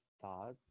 thoughts